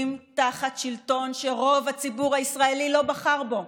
תחת שלטון שרוב הציבור הישראלי לא בחר בו?